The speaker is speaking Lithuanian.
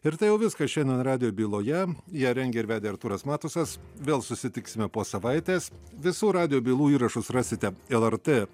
ir tai jau viskas šiandien radijo byloje ją rengė ir vedė artūras matusas vėl susitiksime po savaitės visų radijo bylų įrašus rasite lrt